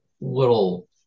little